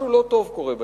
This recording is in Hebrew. משהו לא טוב קורה בנגב.